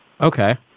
Okay